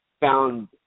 found